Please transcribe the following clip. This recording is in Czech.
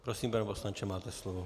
Prosím, pane poslanče, máte slovo.